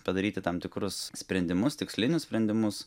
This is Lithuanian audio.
padaryti tam tikrus sprendimus tikslinius sprendimus